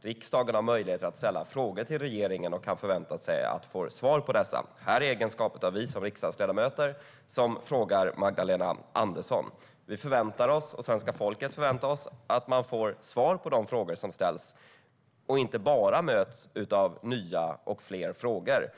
riksdagen har möjlighet att ställa frågor till regeringen och kan förvänta sig att få svar på dessa. Här är det vi som i egenskap av riksdagsledamöter ställer frågor till Magdalena Andersson. Vi - och svenska folket - förväntar oss att få svar på de frågor som ställs och inte bara mötas av nya och fler frågor.